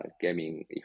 gaming